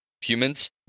humans